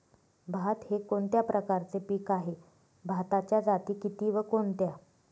भात हे कोणत्या प्रकारचे पीक आहे? भाताच्या जाती किती व कोणत्या?